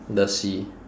the sea